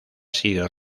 sido